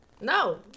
No